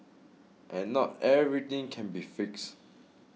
and not everything can be fixed